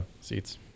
seats